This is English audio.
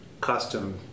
custom